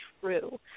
true